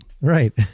Right